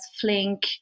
Flink